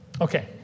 Okay